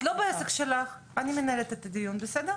את לא בעסק שלך, אני מנהלת את הדיון, בסדר?